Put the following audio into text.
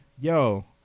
yo